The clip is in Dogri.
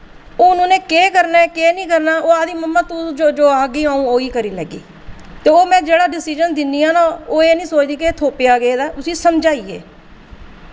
हून उन्नै केह् करना ऐ केह् निं करना ओह् आखदी मम्मा तुस जो जो आखगी अ'ऊं ओ ही करी लैग्गी ते ओह् में जेह्ड़ा डिसिजन दिन्नी ऐ ना ओह् एह् निं सोचदी के थोप्पेआ गेदा ऐ उसी समझाइयै